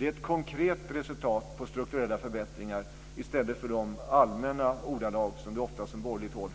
Det är ett konkret resultat på strukturella förbättringar i stället för de allmänna ordalag som ofta förs fram från borgerligt håll